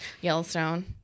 Yellowstone